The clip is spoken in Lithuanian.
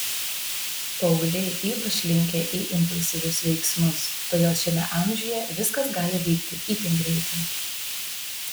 paaugliai ypač linkę į impulsyvius veiksmus todėl šiame amžiuje viskas gali vykti itin greitai